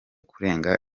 kurenga